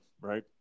right